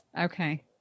Okay